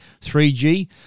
3G